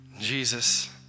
Jesus